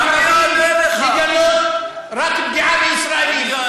או שאתה עושה מאמצים לגנות רק פגיעה בישראלים?